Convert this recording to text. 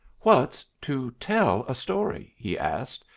what's to tell a story? he asked,